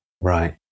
right